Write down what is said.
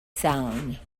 sound